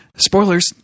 spoilers